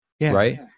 right